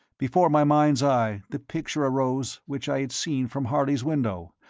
before my mind's eye the picture arose which i had seen from harley's window,